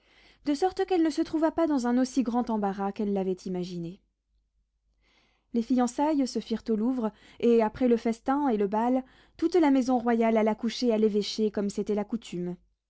de sorte qu'elle ne se trouva pas dans un aussi grand embarras qu'elle l'avait imaginé les fiançailles se firent au louvre et après le festin et le bal toute la maison royale alla coucher à l'évêché comme c'était la coutume